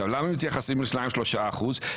עכשיו, למה מתייחסים ל-2-3 אחוזים?